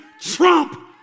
trump